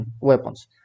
weapons